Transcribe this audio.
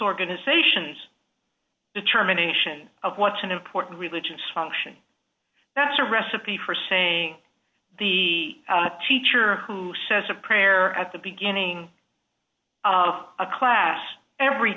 organizations determination of what's an important religious function that's a recipe for saying the teacher who says a prayer at the beginning of a class every